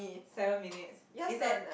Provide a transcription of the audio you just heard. seven minutes is a